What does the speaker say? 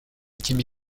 jimmy